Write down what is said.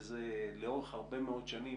וזה לאורך הרבה מאוד שנים,